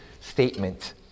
statement